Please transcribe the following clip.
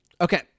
Okay